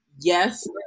Yes